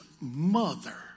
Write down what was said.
mother